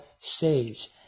saves